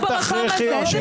פה במקום הזה?